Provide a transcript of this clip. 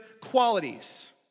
qualities